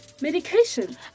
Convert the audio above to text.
medication